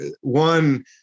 One